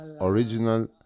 original